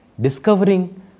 Discovering